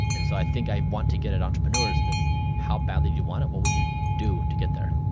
and so, i think i want to get at entrepreneurs that how badly do you want it? what will you do to get there?